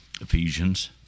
Ephesians